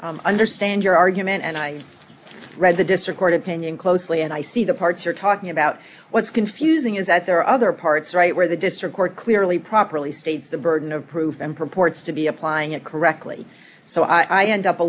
i understand your argument and i read the district court opinion closely and i see the parts are talking about what's confusing is that there are other parts right where the district court clearly properly states the burden of proof and purports to be applying it correctly so i end up a